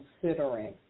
considering